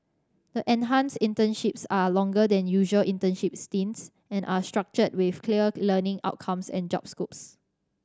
the enhanced internships are longer than usual internship stints and are structured with clear learning outcomes and job scopes